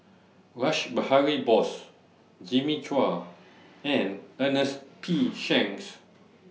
Rash Behari Bose Jimmy Chua and Ernest P Shanks